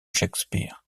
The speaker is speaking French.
shakespeare